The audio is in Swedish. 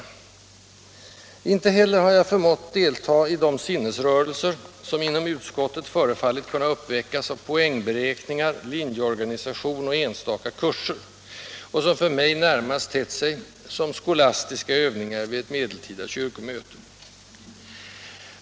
Inte heller har jag förmått delta i de sinnesrörelser, som inom utskottet förefallit kunna uppväckas av poängberäkningar, linjeorganisation och enstaka kurser, och som för mig närmast tett sig som skolastiska övningar vid ett medeltida kyrkomöte.